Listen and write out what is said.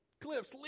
Cliff's